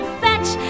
fetch